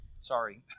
sorry